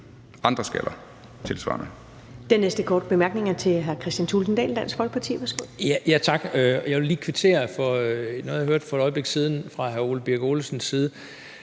andre skatter tilsvarende,